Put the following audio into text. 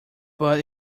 but